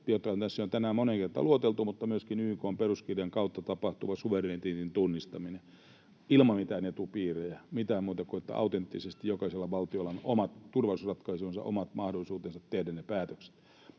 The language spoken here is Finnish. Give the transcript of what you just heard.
joita on tässä jo tänään moneen kertaan lueteltu, mutta myöskin YK:n peruskirjan kautta tapahtuva suvereniteetin tunnustaminen ilman mitään etupiirejä, mitään muuta kuin se, että autenttisesti jokaisella valtiolla on omat turvallisuusratkaisunsa, omat mahdollisuutensa tehdä ne päätökset.